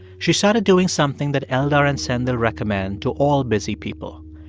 she started doing something that eldar and sendhil recommend to all busy people.